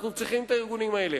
אנחנו צריכים את הארגונים האלה,